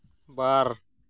ᱵᱟᱨ